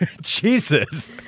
Jesus